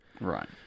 Right